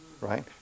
right